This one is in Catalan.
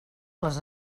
les